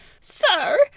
sir